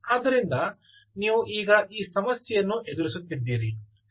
ಆದ್ದರಿಂದ ನೀವು ಈಗ ಈ ಸಮಸ್ಯೆಯನ್ನು ಎದುರಿಸುತ್ತಿದ್ದೀರಿ